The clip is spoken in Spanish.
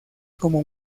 como